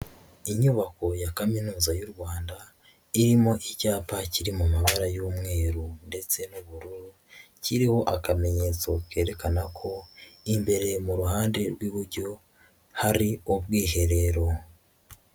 Inyubako ya Kaminuza y'u Rwanda irimo icyapa kiri mu mabara y'umweru ndetse n'ubururu, kiriho akamenyero kerekana ko imbereye mu ruhande rw'iburyo hari ubwiherero.